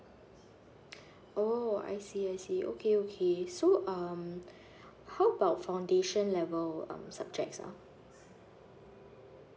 oh I see I see okay okay so um how about foundation level um subjects ah